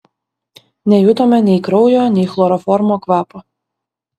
nejutome nei kraujo nei chloroformo kvapo